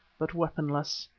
but weaponless.